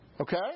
Okay